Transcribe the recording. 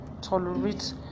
tolerate